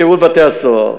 שירות בתי-הסוהר: